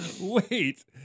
wait